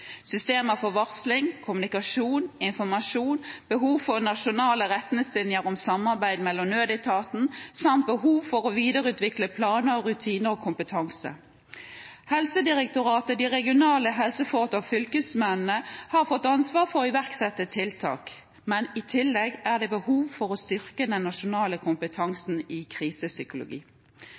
systemer for varsling, kommunikasjon og informasjon og behov for nasjonale retningslinjer om samarbeid mellom nødetatene, samt behov for å videreutvikle planer, rutiner og kompetanse. Helsedirektoratet, de regionale helseforetakene og fylkesmennene har fått ansvar for å iverksette tiltak, men i tillegg er det behov for å styrke den nasjonale